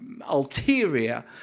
ulterior